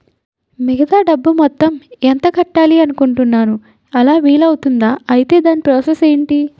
మిగతా డబ్బు మొత్తం ఎంత కట్టాలి అనుకుంటున్నాను అలా వీలు అవ్తుంధా? ఐటీ దాని ప్రాసెస్ ఎంటి?